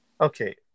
Okay